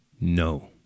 no